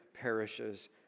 perishes